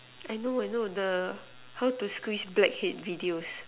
I know I know how to squish blackhead videos